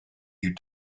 you